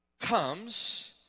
comes